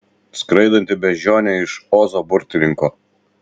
skraidanti beždžionė iš ozo burtininko